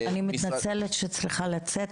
אני מתנצלת שצריכה לצאת,